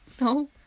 No